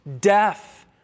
death